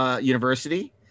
University